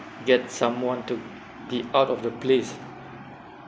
get someone to be out of the place